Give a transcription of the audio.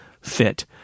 fit